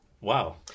Wow